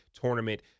tournament